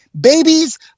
Babies